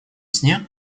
сне